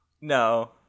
No